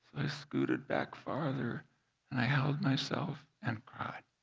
scooted back farther and i held myself and cried.